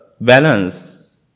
balance